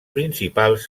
principals